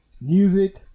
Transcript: music